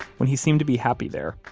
when he seemed to be happy there.